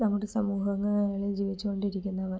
നമ്മുടെ സമൂഹങ്ങളിൽ ജീവിച്ചുകൊണ്ടിരിക്കുന്നവർ